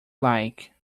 like